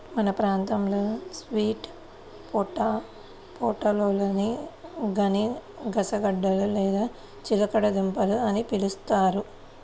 మన ప్రాంతంలో స్వీట్ పొటాటోలని గనిసగడ్డలు లేదా చిలకడ దుంపలు అని పిలుస్తారు